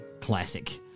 Classic